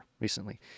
recently